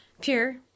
Pure –